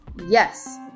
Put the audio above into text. yes